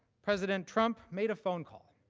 president trump made a phone call.